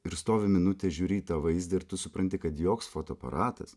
ir stovi minutę žiūri į tą vaizdą ir tu supranti kad joks fotoaparatas